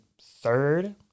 third